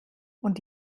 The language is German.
und